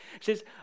says